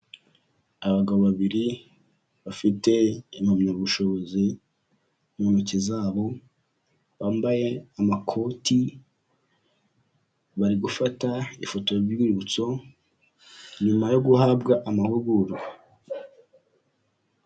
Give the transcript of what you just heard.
Abagabo babiri bafite impamyabushobozi mu ntoki zabo, bambaye amakoti, bari gufata ifoto y'urwibutso nyuma yo guhabwa amahugurwa.